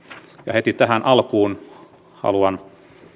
heti tähän alkuun haluan